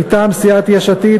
מטעם סיעת יש עתיד,